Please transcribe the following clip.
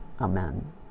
Amen